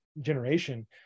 generation